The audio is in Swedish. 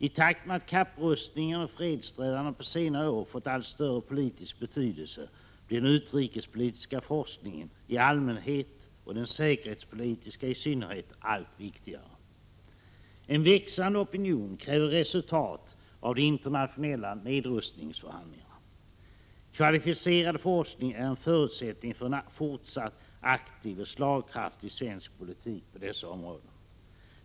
I takt med att kapprustningen och fredssträvandena på senare år fått allt större politisk betydelse blir den utrikespolitiska forskningen i allmänhet och den säkerhetspolitiska i synnerhet allt viktigare. En växande opinion kräver resultat av de internationella nedrustningsförhandlingarna. Kvalificerad forskning är en förutsättning för en fortsatt aktiv och slagkraftig svensk politik på dessa områden.